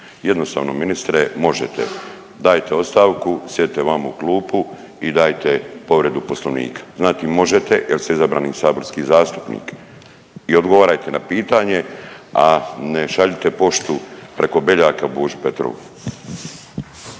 Jednostavno ministre možete, dajte ostavku, sjedite vamo u klupu i dajte povredu Poslovnika. Znati možete jer ste izabrani u saborski zastupnik i odgovarajte na pitanje, a ne šaljite poštu preko Beljaka Boži Petrovu.